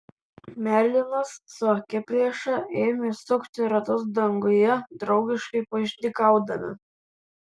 merlinas su akiplėša ėmė sukti ratus danguje draugiškai paišdykaudami